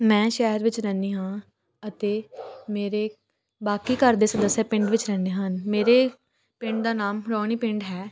ਮੈਂ ਸ਼ਹਿਰ ਵਿੱਚ ਰਹਿੰਦੀ ਹਾਂ ਅਤੇ ਮੇਰੇ ਬਾਕੀ ਘਰ ਦੇ ਸਦੱਸਿਆ ਪਿੰਡ ਵਿੱਚ ਰਹਿੰਦੇ ਹਨ ਮੇਰੇ ਪਿੰਡ ਦਾ ਨਾਮ ਰੋਣੀ ਪਿੰਡ ਹੈ